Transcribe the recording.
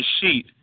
sheet